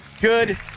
good